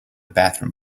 bathroom